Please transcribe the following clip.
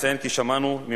שושנה מקובר,